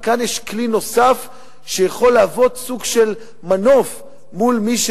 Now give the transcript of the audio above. וכאן יש כלי נוסף שיכול להוות סוג של מנוף מול מי,